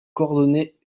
coordonnées